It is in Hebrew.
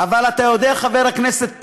אבל אתה יודע, חבר הכנסת פרי,